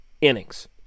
innings